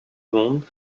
monde